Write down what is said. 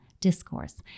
discourse